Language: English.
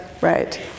right